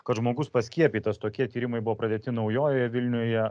kad žmogus paskiepytas tokie tyrimai buvo pradėti naujojoje vilnioje